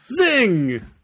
Zing